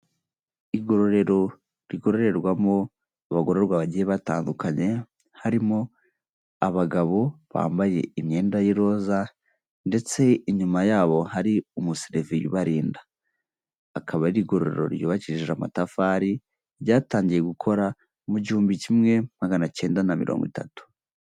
Igororero rigorerwamo abagororwa bagiye batandukanye harimo abagabo bambaye imyenda y'iroza ndetse inyuma yabo hari umuseriviye ubarinda, akaba ari igororero ryubakishije amatafari ryatangiye gukora mu gihumbi kimwe maganacyenda na mirongo itatu.